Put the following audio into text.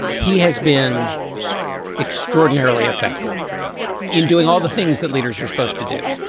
he has been extraordinarily effective in doing all the things that leaders are supposed to do.